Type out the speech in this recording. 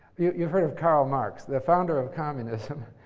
yeah you've heard of karl marx, the founder of communism.